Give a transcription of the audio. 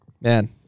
Man